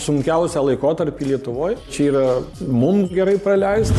sunkiausią laikotarpį lietuvoj čia yra mum gerai praleist